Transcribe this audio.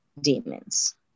demons